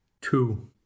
two